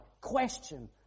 question